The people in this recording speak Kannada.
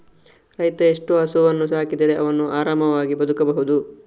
ರೈತ ಎಷ್ಟು ಹಸುವನ್ನು ಸಾಕಿದರೆ ಅವನು ಆರಾಮವಾಗಿ ಬದುಕಬಹುದು?